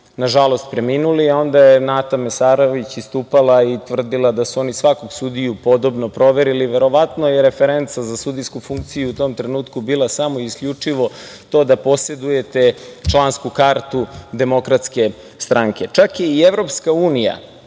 nažalost, preminuli, a onda je Nata Mesarović istupala i tvrdila da su oni svakog sudiju podobno proverili, i verovatno je referenca za sudijsku funkciju u tom trenutku bila samo isključivo to da posedujete člansku kartu Demokratske stranke. Čak je i Evropska unija